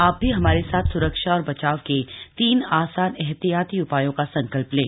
आप भी हमारे साथ स्रक्षा और बचाव के तीन आसान एहतियाती उपायों का संकल्प लें